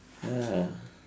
ya